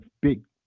big